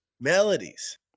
melodies